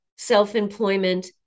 self-employment